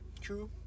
True